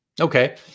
okay